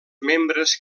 membres